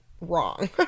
wrong